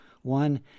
One